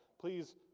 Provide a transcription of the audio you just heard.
please